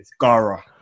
Gara